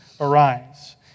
arise